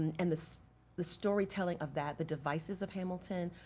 and the so the storytelling of that, the devices of hamilton,